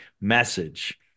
message